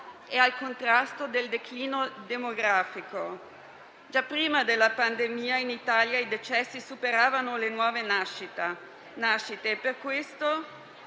e al contrasto del declino demografico. Già prima della pandemia in Italia i decessi superavano le nuove nascite e questo